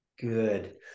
Good